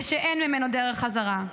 ושאין ממנו דרך חזרה.